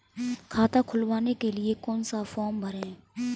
खाता खुलवाने के लिए कौन सा फॉर्म भरें?